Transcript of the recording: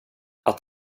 att